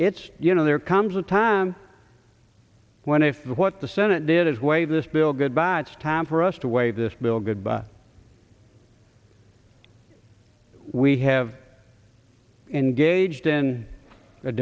it's you know there comes a time when if what the senate did is way this bill goodbye it's time for us to waive this bill goodbye we have engaged in a